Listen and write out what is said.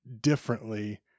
differently